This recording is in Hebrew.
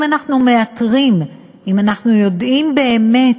אם אנחנו מאתרים, אם אנחנו יודעים באמת